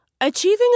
Achieving